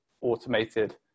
automated